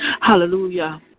Hallelujah